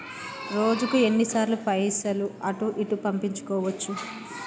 రోజుకు ఎన్ని సార్లు పైసలు అటూ ఇటూ పంపించుకోవచ్చు?